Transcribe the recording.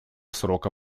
срока